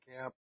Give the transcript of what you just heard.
camp